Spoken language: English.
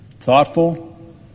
thoughtful